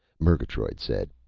murgatroyd said,